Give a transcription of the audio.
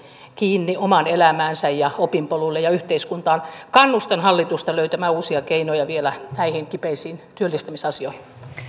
kiinni omaan elämäänsä ja opin polulle ja yhteiskuntaan kannustan hallitusta löytämään uusia keinoja vielä näihin kipeisiin työllistämisasioihin